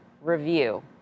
review